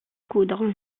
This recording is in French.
coudre